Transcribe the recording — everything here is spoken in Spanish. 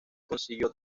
consiguió